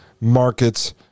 markets